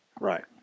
Right